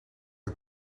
het